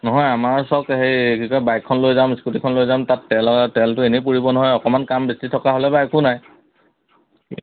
নহয় আমাৰো চাওক সেই কি কয় বাইকখন লৈ যাম স্কুটিখন লৈ যাম তাত তেলৰ তেলটো এনেই পুৰিব নহয় অকণমান কাম বেছি থকা হ'লে বাৰু একো নাই